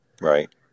Right